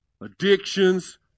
Addictions